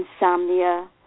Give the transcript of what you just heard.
insomnia